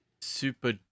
super